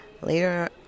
Later